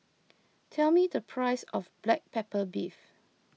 tell me the price of Black Pepper Beef